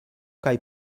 kaj